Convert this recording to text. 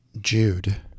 Jude